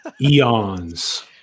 eons